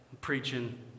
preaching